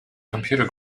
computer